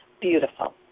beautiful